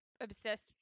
obsessed